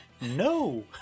No